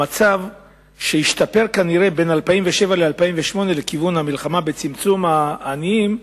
המצב שכנראה השתפר בין 2007 ל-2008 במלחמה לצמצום מספר העניים,